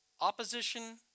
Opposition